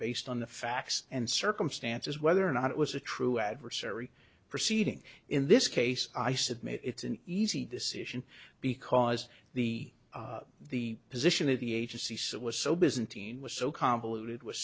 based on the facts and circumstances whether or not it was a true adversary proceeding in this case i submit it's an easy decision because the the position of the agency so it was so byzantine was so convoluted was